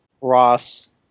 Ross